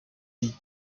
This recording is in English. deep